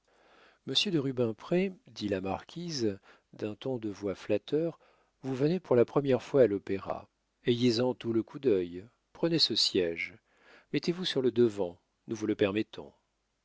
de rubempré dit la marquise d'un ton de voix flatteur vous venez pour la première fois à l'opéra ayez-en tout le coup d'œil prenez ce siége mettez-vous sur le devant nous vous le